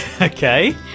Okay